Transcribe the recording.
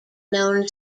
known